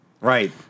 right